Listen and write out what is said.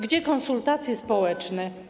Gdzie konsultacje społeczne?